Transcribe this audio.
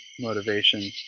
motivation